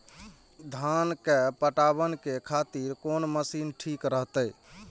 धान के पटवन के खातिर कोन मशीन ठीक रहते?